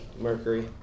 Mercury